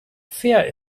fair